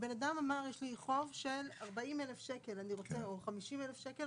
בן האדם אמר שיש לי חוב של 40,000 שקלים או 50,000 שקלים,